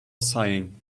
sighing